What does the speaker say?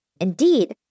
Indeed